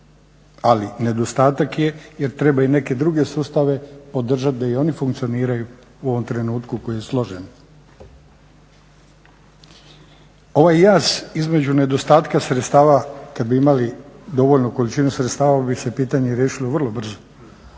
ali nedostatak je jer treba i neke druge sustave održati da i oni funkcioniraju u ovom trenutku koji je složen. Ovaj jaz između nedostatka sredstava kad bi imali dovoljnu količinu sredstava, bi se pitanje riješilo vrlo brzo,